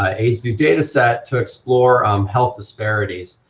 ah aidsvu data set to explore um health disparities.